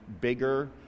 bigger